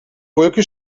wolke